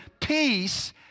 peace